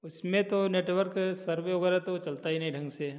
उसमें तो network survey वगैरह तो चलता ही नहीं ढंग से